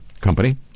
company